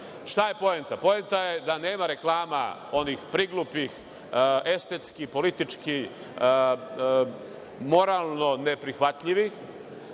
je poenta? Poenta je da nema reklama, onih priglupih, estetski, politički, moralno neprihvatljivi